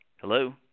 Hello